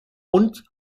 und